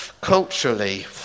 Culturally